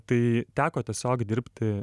tai teko tiesiog dirbti